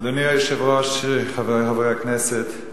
אדוני היושב-ראש, חברי הכנסת,